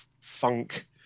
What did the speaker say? funk